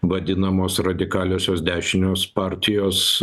vadinamos radikaliosios dešinios partijos